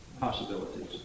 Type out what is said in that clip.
possibilities